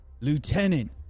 Lieutenant